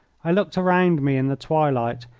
i looked around me in the twilight,